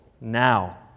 now